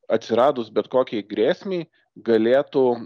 atsiradus bet kokiai grėsmei galėtų